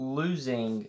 losing